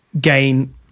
gain